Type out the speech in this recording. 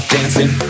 Dancing